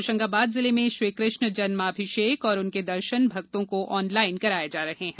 होशंगाबाद जिले में श्रीकृष्ण जन्माभिषेक और उनके दर्शन भक्तों को ऑनलाइन कराए जा रहे हैं